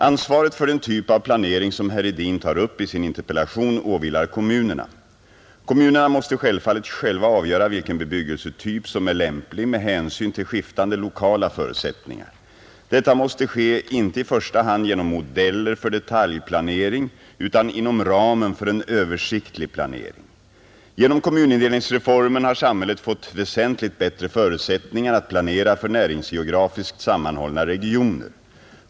Ansvaret för den typ av planering som herr Hedin tar upp i sin interpellation åvilar kommunerna, Kommunerna måste självfallet själva avgöra vilken bebyggelsetyp som är lämplig med hänsyn till skiftande lokala förutsättningar. Detta måste ske, inte i första hand genom modeller för detaljplanering utan inom ramen för en översiktlig planering. Genom kommunindelningsreformen har samhället fått väsentligt bättre förutsättningar att planera för näringsgeografiskt sammanhållna regioner.